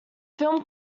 film